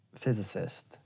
Physicist